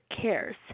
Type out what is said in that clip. CARES